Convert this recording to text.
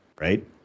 right